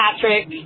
Patrick